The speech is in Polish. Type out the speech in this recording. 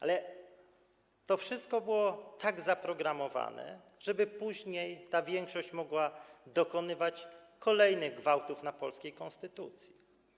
Ale to wszystko było tak zaprogramowane, żeby później ta większość mogła dokonywać kolejnych gwałtów na polskiej konstytucji.